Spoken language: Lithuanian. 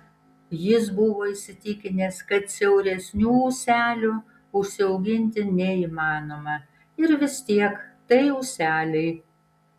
jis buvo įsitikinęs kad siauresnių ūselių užsiauginti neįmanoma ir vis tiek tai ūseliai